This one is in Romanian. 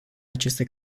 aceste